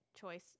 choice